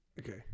Okay